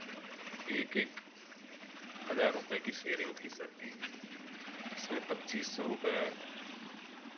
एक एक हज़ार रुपये कि शेयरिंग थी सबकी इसमें पच्चीस सौ रुपए